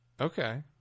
Okay